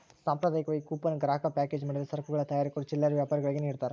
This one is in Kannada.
ಸಾಂಪ್ರದಾಯಿಕವಾಗಿ ಕೂಪನ್ ಗ್ರಾಹಕ ಪ್ಯಾಕೇಜ್ ಮಾಡಿದ ಸರಕುಗಳ ತಯಾರಕರು ಚಿಲ್ಲರೆ ವ್ಯಾಪಾರಿಗುಳ್ಗೆ ನಿಡ್ತಾರ